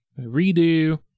Redo